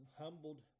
humbled